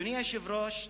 אדוני היושב-ראש,